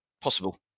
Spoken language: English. possible